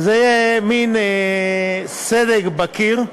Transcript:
וזה מין סדק בקיר.